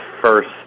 first